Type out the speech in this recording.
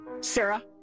Sarah